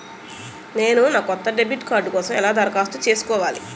నేను నా కొత్త డెబిట్ కార్డ్ కోసం ఎలా దరఖాస్తు చేసుకోవాలి?